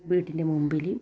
വീട്ടിൽ മുമ്പിൽ